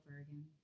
again